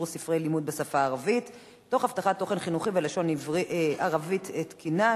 ספרי לימוד בשפה הערבית תוך הבטחת תוכן חינוכי ולשון ערבית תקינה,